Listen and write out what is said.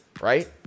right